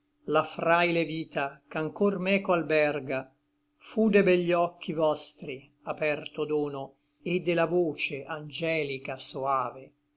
la fraile vita ch'ancor meco alberga fu de begli occhi vostri aperto dono et de la voce angelica soave